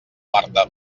marta